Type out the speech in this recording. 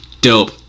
Dope